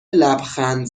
لبخند